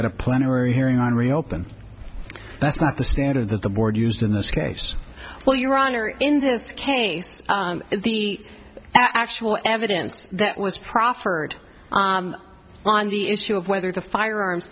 at a plenary hearing on reopen that's not the standard that the board used in this case well your honor in this case the actual evidence that was proffered on the issue of whether the firearms